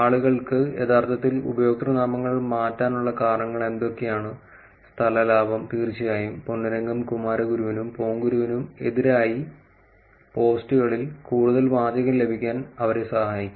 ആളുകൾക്ക് യഥാർത്ഥത്തിൽ ഉപയോക്തൃനാമങ്ങൾ മാറ്റാനുള്ള കാരണങ്ങൾ എന്തൊക്കെയാണ് സ്ഥല ലാഭം തീർച്ചയായും പൊന്നുരംഗം കുമാരഗുരുവിനും പോങ്കുരുവിനും എതിരായി പോസ്റ്റുകളിൽ കൂടുതൽ വാചകം ലഭിക്കാൻ അവരെ സഹായിക്കും